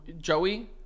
Joey